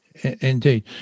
indeed